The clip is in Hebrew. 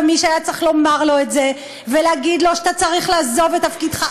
מי שהיה צריך לומר לו את זה ולהגיד לו: אתה צריך לעזוב את תפקידך,